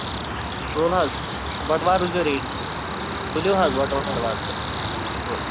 ژوٚل حظ بَٹوار روٗزۍوا ریٚڈی تہٕ تُلِو حظ بَٹوار واتہٕ بہٕ تُل